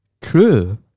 True